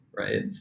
Right